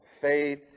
faith